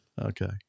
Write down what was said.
Okay